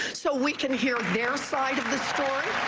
so we can hear their side of the story.